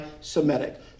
Semitic